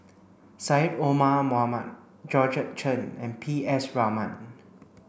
Syed Omar Mohamed Georgette Chen and P S Raman